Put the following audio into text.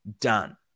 done